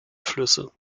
flüsse